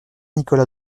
nicolas